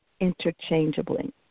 interchangeably